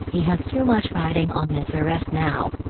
he has too much riding on this arrest now.